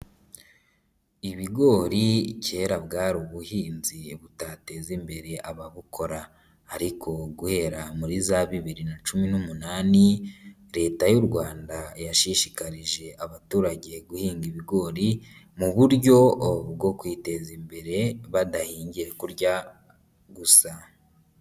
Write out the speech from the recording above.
Ibigori kera bwari ubuhinzi butateza imbere ababukora ariko guhera muri za bibiri na cumi n'umunani, Leta y'u Rwanda yashishikarije abaturage guhinga ibigori mu buryo bwo kwiteza imbere badahingiye kurya gusa.